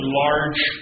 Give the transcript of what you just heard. large